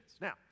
Now